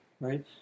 right